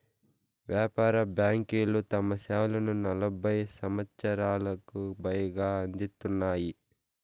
వ్యాపార బ్యాంకులు తమ సేవలను నలభై సంవచ్చరాలకు పైగా అందిత్తున్నాయి